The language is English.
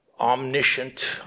omniscient